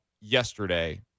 yesterday